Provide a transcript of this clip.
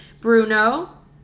Bruno